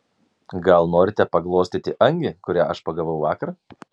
gal norite paglostyti angį kurią aš pagavau vakar